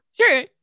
Sure